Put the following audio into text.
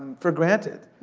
for granted.